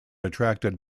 attracted